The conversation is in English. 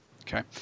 okay